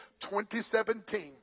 2017